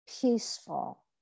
peaceful